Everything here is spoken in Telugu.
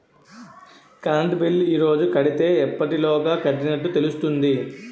కరెంట్ బిల్లు ఈ రోజు కడితే ఎప్పటిలోగా కట్టినట్టు తెలుస్తుంది?